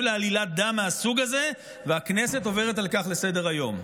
לעלילת דם מהסוג הזה והכנסת עוברת על כך לסדר-היום.